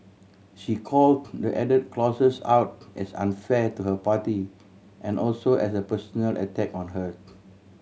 she call the added clauses out as unfair to her party and also as a personal attack on her